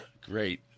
Great